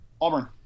Auburn